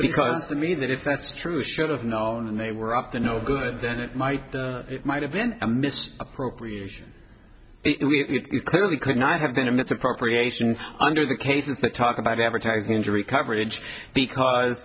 because to me that if that's true should have known and they were up to no good then it might it might have been a miss appropriation it clearly could not have been a misappropriation under the cases that talk about advertising injury coverage because